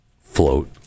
float